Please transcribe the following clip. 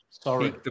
sorry